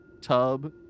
tub